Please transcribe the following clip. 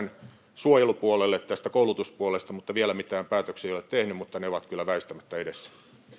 suojelupuolelle tästä koulutuspuolesta vielä mitään päätöksiä ei ole tehty mutta ne ovat kyllä väistämättä edessä